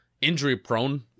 injury-prone